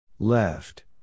Left